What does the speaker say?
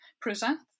present